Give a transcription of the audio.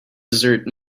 desert